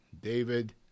David